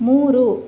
ಮೂರು